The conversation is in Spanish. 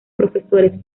profesores